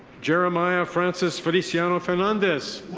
jeremiah francis feliciano fernandez.